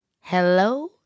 Hello